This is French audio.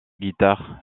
guitare